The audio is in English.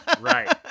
Right